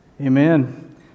Amen